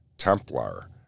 Templar